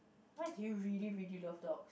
why do you really really love dogs